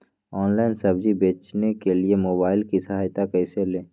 Online सब्जी बेचने के लिए मोबाईल की सहायता कैसे ले?